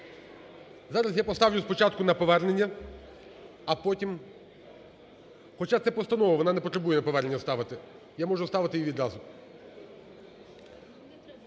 Зараз я поставлю спочатку на повернення, а потім… Хоча це постанова, вона не потребує на повернення ставити. Я можу ставити її відразу.